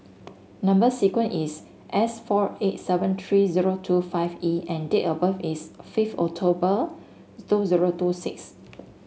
number sequence is S four eight seven three zero two five E and date of birth is fifth October two zero two six